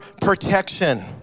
protection